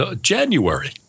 January